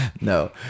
No